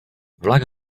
vlak